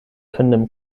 können